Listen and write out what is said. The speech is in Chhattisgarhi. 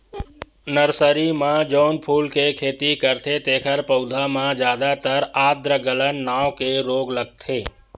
नरसरी म जउन फूल के खेती करथे तेखर पउधा म जादातर आद्र गलन नांव के रोग लगथे